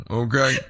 okay